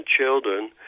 children